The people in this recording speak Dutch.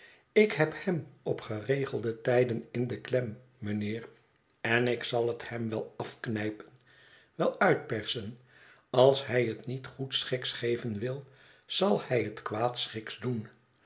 ik heb hem op geregelde tijden in de klem mijnheer en ik zal het hem wel afknijpen wel uitpersen als hij het niet goedschiks geven wil zal hij het kwaadschiks doen